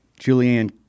Julianne